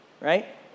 right